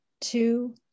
two